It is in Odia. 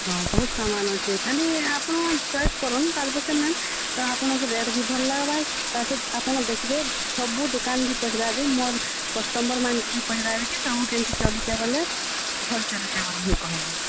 ହଁ ବହୁତ ସମୟ ନଉସି କାଲି ଆପଣ ଚଏସ୍ କରନ୍ ତାର ପଛେ ମ୍ୟାଡ଼ାମ୍ କାଣା ଆପଣଙ୍କୁ ରେଟ୍ ବି ଭଲ ଲାଗବା ତାର ସହିତ ଆପଣ ଦେଖବେ ସବୁ ଦୋକାନ ବି ପଚାରିବେ ମୋର କଷ୍ଟମର୍ ମାନକେ ବି ପଚାରିବେ କି ସବୁ କେମିତି ଚାଲୁଛେ ବୋଲେ ଭଲ ଚାଲୁଛେ ବୋଲି ହିଁ କହିବେ